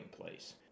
place